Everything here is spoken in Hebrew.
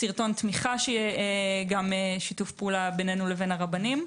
סרטון תמיכה של שיתוף פעולה בינינו לרבנים.